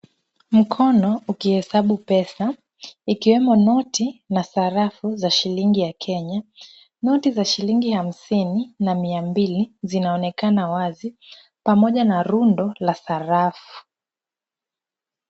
Mkono ukihesabu pesa, ikiwemo noti na sarafu za shilingi ya Kenya. Noti za shilingi hamsini na mia mbili zinaonekana wazi pamoja na rundo la sarafu.